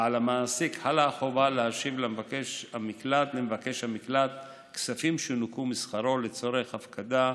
ועל המעסיק חלה החובה להשיב למבקש המקלט כספים שנוכו משכרו לצורך הפקדה